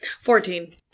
Fourteen